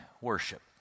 worship